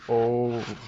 oh